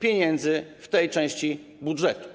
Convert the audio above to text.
pieniędzy w tej części budżetu.